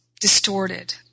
distorted